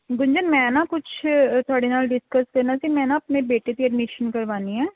ਗੁੰਜਨ ਮੈਂ ਨਾ ਕੁਛ ਤੁਹਾਡੇ ਨਾਲ ਡਿਸਕਸ ਕਰਨਾ ਸੀ ਮੈਂ ਨਾ ਆਪਣੇ ਬੇਟੇ ਦੀ ਅਡਮੀਸ਼ਨ ਕਰਵਾਉਣੀ ਹੈ